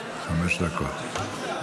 חמש דקות.